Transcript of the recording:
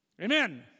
Amen